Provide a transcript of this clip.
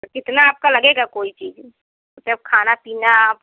तो कितना आपका लगेगा कोई चीज़ सब खाना पीना